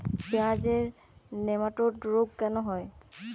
পেঁয়াজের নেমাটোড রোগ কেন হয়?